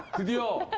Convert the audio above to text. reveal